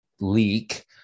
leak